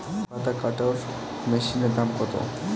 চাপাতা কাটর মেশিনের দাম কত?